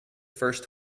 first